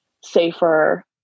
safer